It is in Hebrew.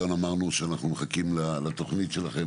אמרנו שאנחנו מחכים לתוכנית שלכם,